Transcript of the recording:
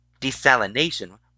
desalination